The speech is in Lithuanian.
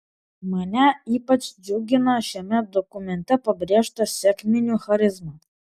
mane ypač džiugina šiame dokumente pabrėžta sekminių charizma